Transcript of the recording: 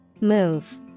Move